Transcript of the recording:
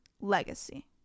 legacy